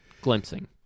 Glimpsing